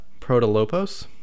Protolopos